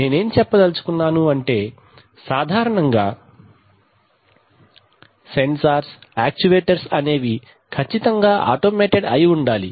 నేనేం చెప్పదలుచుకున్నాను అంటే సాధారణంగా సెన్సార్స్ యాక్చువేటర్స్ అనేవి ఖచ్చితముగా ఆటోమాటెడ్ అయి ఉండాలి